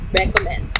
recommend